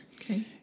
Okay